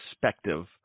perspective